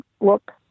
look